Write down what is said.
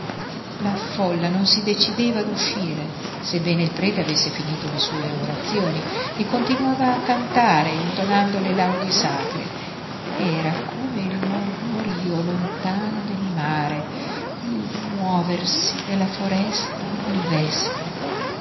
la folla non si decideva ad uscire sebbene il prete avesse finito le sue orazioni e continuava a cantare intonando le laudi sacre era come il mormorio lontano del mare il muoversi della foresta al vespero era